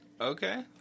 okay